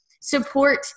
support